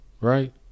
right